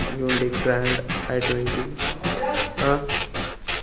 Hyundai grand I twenty हां